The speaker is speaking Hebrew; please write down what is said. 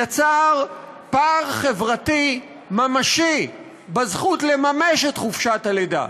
יצר פער חברתי ממשי בזכות לממש את חופשת הלידה.